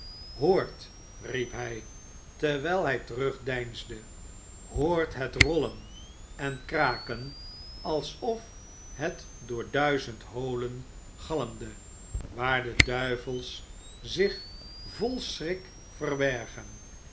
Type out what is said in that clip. hoort riep hij terwijl hij terugdeinsde hoort het rollen en kraken alsof het door duizend holen galmde waar de duivels zich vol schrik verbergen